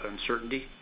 uncertainty